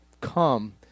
come